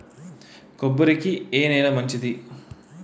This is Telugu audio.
కొబ్బరి కి ఏ నేల మంచిది?